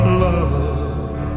love